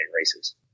races